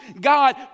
God